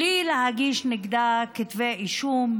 בלי להגיש נגדה כתבי אישום,